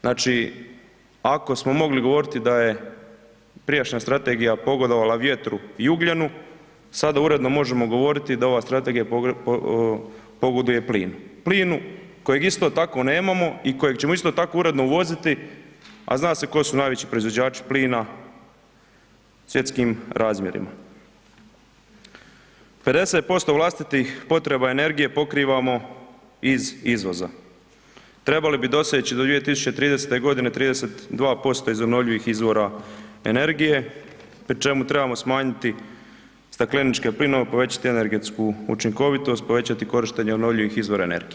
Znači, ako smo mogli govoriti da je prijašnja strategija pogodovala vjetru i ugljenu, sada uredno možemo govoriti da ova strategija pogoduje plinu, plinu kojeg isto tako nemamo i kojeg ćemo isto tako uredno uvoziti, a zna se tko su najveći proizvođači plina u svjetskim razmjerima, 50% vlastitih potreba energije pokrivamo iz izvoza, trebali bi doseći do 2030.g. 32% iz obnovljivih izvora energije, pri čemu trebamo smanjiti stakleničke plinove, a povećati energetsku učinkovitost, povećati korištenje obnovljivih izvora energije.